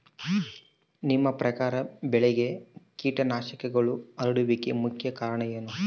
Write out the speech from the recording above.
ನಿಮ್ಮ ಪ್ರಕಾರ ಬೆಳೆಗೆ ಕೇಟನಾಶಕಗಳು ಹರಡುವಿಕೆಗೆ ಮುಖ್ಯ ಕಾರಣ ಏನು?